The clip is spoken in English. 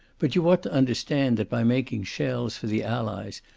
but you ought to understand that by making shells for the allies,